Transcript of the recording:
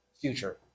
future